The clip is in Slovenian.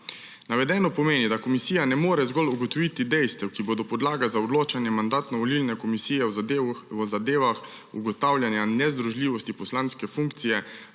Navedeno pomeni, da komisija ne more zgolj ugotoviti dejstev, ki bodo podlaga za odločanje Mandatno-volilne komisije v zadevah ugotavljanja nezdružljivosti poslanske funkcije,